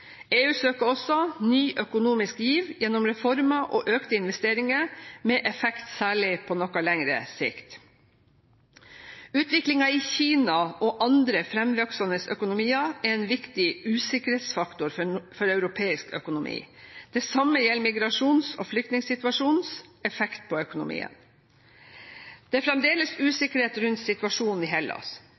EU søker også ny økonomisk giv gjennom reformer og økte investeringer, med effekt særlig på noe lengre sikt. Utviklingen i Kina og andre fremvoksende økonomier er en viktig usikkerhetsfaktor for europeisk økonomi. Det samme gjelder migrasjons- og flyktningsituasjonens effekt på økonomien. Det er fremdeles usikkerhet rundt situasjonen i Hellas.